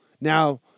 now